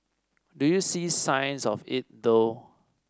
do you see signs of it though